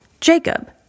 Jacob